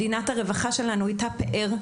מדינת הרווחה שלנו הייתה פאר.